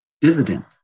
dividend